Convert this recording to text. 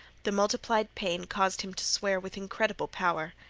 the multiplied pain caused him to swear with incredible power.